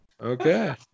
Okay